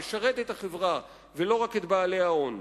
שישרת את החברה ולא רק את בעלי ההון.